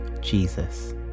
Jesus